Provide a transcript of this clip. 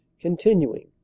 continuing